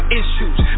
issues